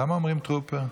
למה אומרים טרוּפר?